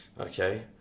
okay